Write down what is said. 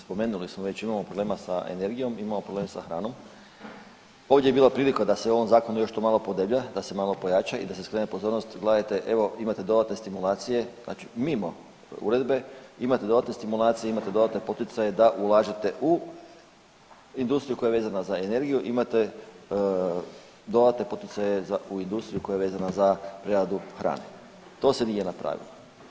Spomenuli smo već, imamo problema sa energijom, imamo problem sa hranom, ovdje je bila prilika da se u ovom zakonu još to malo podeblja, da se malo pojača i da se skrene pozornost gledajte evo imate dodatne stimulacije, znači mimo uredbe imate dodatne stimulacije i imate dodatne poticaje da ulažete u industriju koja je vezana za energiju i imate dodatne poticaje u industriju koja je vezana za preradu hrane, to se nije napravilo.